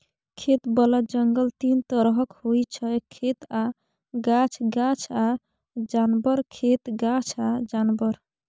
खेतबला जंगल तीन तरहक होइ छै खेत आ गाछ, गाछ आ जानबर, खेत गाछ आ जानबर